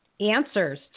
answers